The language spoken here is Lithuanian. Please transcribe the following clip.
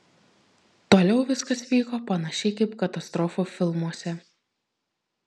toliau viskas vyko panašiai kaip katastrofų filmuose